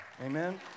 Amen